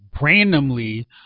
randomly